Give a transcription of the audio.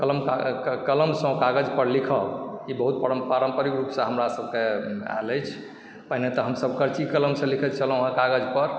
कलम का कलमसँ कागजपर लिखब ई बहुत परं पारम्परिक रूपसँ हमरासभके आयल अछि पहिने तऽ हमसभ करची कलमसँ लिखैत छलहुँ कागजपर